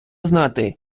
знати